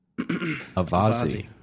Avazi